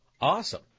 Awesome